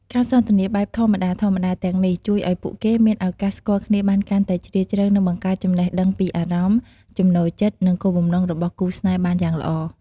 ការសន្ទនាបែបធម្មតាៗទាំងនេះ ជួយឲ្យពួកគេមានឱកាសស្គាល់គ្នាបានកាន់តែជ្រាលជ្រៅ និងបង្កើតចំណេះដឹងពីអារម្មណ៍ ចំណូលចិត្ត និងគោលបំណងរបស់គូស្នេហ៍បានយ៉ាងល្អ។